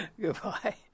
Goodbye